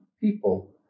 people